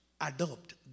adopt